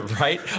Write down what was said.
Right